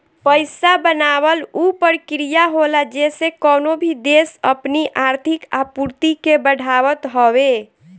पईसा बनावल उ प्रक्रिया होला जेसे कवनो भी देस अपनी आर्थिक आपूर्ति के बढ़ावत हवे